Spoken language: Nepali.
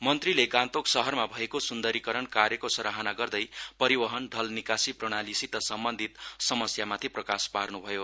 मन्त्रीले गान्तोक शहरमा भएको सुन्दरीकरण कार्यको सराहना गर्दै परिवहन जे निकासी प्रणालीसित सम्बन्धित समस्यामाथि प्रकाश पार्नुभयो